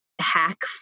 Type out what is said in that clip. hack